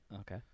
Okay